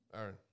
Aaron